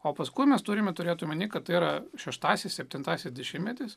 o paskui mes turime turėt omeny kad tai yra šeštasis septintasis dešimtmetis